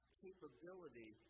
capability